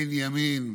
אין ימין,